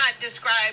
describe